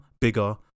bigger